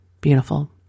Beautiful